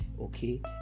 okay